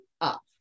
up